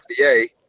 FDA